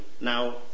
now